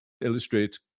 illustrates